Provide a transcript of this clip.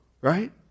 right